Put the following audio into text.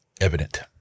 evident